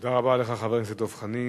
תודה רבה לך, חבר הכנסת דב חנין.